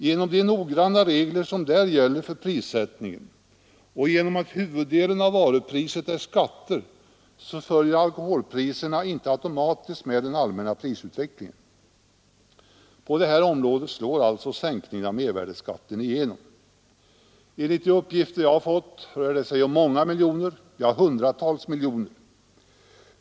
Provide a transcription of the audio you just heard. Genom de noggranna regler som där gäller för prissättningen och genom att huvuddelen av varupriset är skatter följer alkoholpriserna inte automatiskt med den allmänna prisutvecklingen. På det här området slår alltså sänkningen av mervärdeskatten igenom. Enligt de uppgifter jag har fått rör det sig om många miljoner, ja, hundratals miljoner.